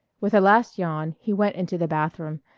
with a last yawn he went into the bathroom,